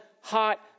hot